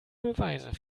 beweise